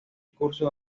discurso